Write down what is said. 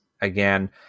again